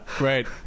Right